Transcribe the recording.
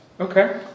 Okay